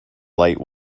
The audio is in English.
light